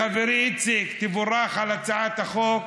חברי איציק, תבורך על הצעת החוק.